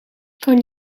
kan